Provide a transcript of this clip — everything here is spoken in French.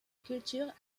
culture